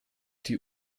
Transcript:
die